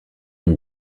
une